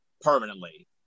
permanently